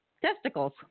testicles